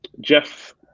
Jeff